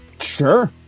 Sure